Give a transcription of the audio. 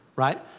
right.